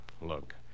Look